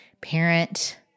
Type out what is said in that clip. parent